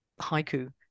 haiku